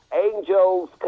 Angels